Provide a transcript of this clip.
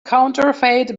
counterfeit